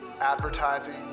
advertising